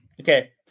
Okay